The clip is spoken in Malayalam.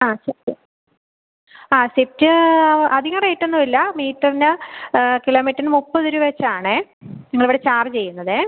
ആ സ്വിഫ്റ്റ് ആ സ്വിഫ്റ്റ് അധിക റേറ്റൊന്നും ഇല്ല മീറ്ററിന് കിലോമീറ്ററിന് മുപ്പത് രൂപ വെച്ചാണേ ഞങ്ങളിവിടെ ചാർജ് ചെയ്യുന്നത്